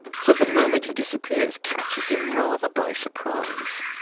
so the moment he disappears catches him rather by surprise.